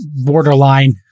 borderline